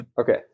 Okay